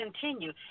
continue